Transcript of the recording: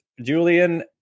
julian